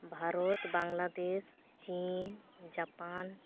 ᱵᱷᱟᱨᱚᱛ ᱵᱟᱝᱞᱟᱫᱮᱥ ᱪᱤᱱ ᱡᱟᱯᱟᱱ